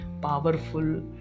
powerful